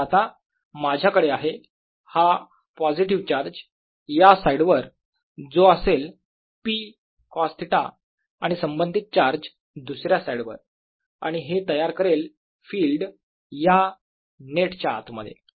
तर आता माझ्याकडे आहे हा पॉझिटिव्ह चार्ज या साईडवर जो असेल P कॉस थिटा आणि संबंधित चार्ज दुसऱ्या साईडवर आणि हे तयार करेल फिल्ड या नेटच्या आत मध्ये